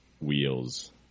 wheels